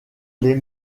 les